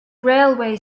railway